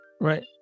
right